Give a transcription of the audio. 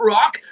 Rock